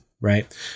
Right